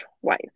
twice